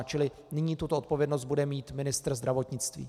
Čili nyní tuto odpovědnost bude mít ministr zdravotnictví.